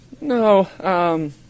No